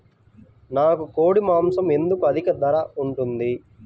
నాకు కోడి మాసం ఎందుకు అధిక ధర ఉంటుంది?